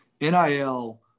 NIL